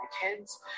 kids